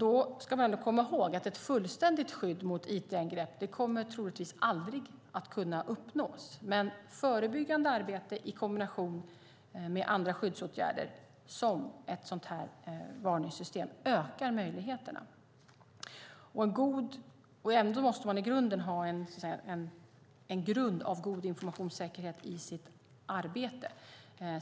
Vi ska dock komma ihåg att ett fullständigt skydd mot it-angrepp troligtvis aldrig kommer att kunna uppnås, men förebyggande arbete i kombination med andra skyddsåtgärder, såsom ett sådant här varningssystem, ökar möjligheterna. Ändå måste man ha en grund av god informationssäkerhet i sitt arbete.